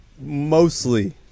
mostly